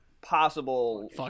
possible